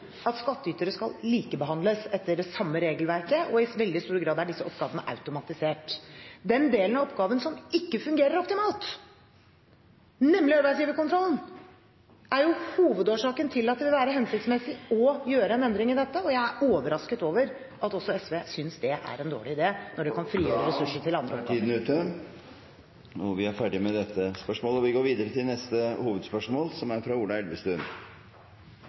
at skattytere skal likebehandles etter det samme regelverket, og disse oppgavene er i veldig stor grad automatisert. Den delen av oppgaven som ikke fungerer optimalt, nemlig arbeidsgiverkontrollen, er hovedårsaken til at det vil være hensiktsmessig å gjøre en endring i dette, og jeg er overrasket over at også SV synes det er en dårlig idé at man kan frigjøre ressurser til andre … Vi går videre til neste hovedspørsmål. Mitt spørsmål går til samferdselsministeren. Avgjørelsen om vi